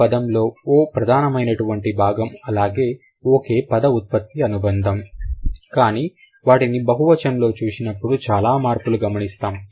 ఒక పదములో ఒ ప్రధానమైనటువంటి భాగము అలాగే ఓకే పద ఉత్పత్తి అనుబంధము కానీ వాటిని బహువచనంలో చూసినప్పుడు చాలా మార్పులు గమనిస్తాం